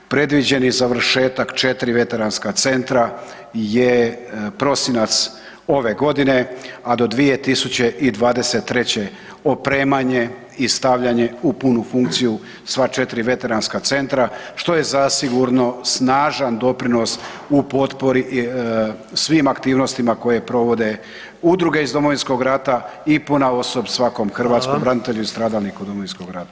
Predviđeni završetak 4 veteranska centra je prosinac ove godine a do 2023. opremanje i stavljanje u punu funkciju sva 4 veteranska centra, što je zasigurno snažan doprinos u potpori svim aktivnostima koje provode udruge iz Domovinskog rata i ponaosob svakom hrvatskom branitelju i stradalniku u Domovinskom ratu.